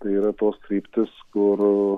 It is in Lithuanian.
tai yra tos kryptys kur